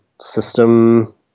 system